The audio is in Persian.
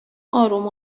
آروم